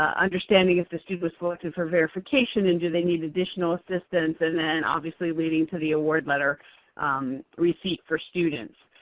um understanding if the student was selected for verification and do they need additional assistance, and then, obviously, leading to the award letter receipt for students.